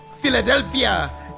Philadelphia